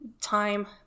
time